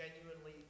genuinely